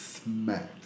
smacked